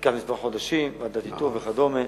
עברו כמה חודשים, ועדת איתור וכדומה.